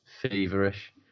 feverish